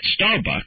Starbucks